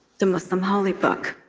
the muslim holy book.